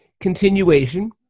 continuation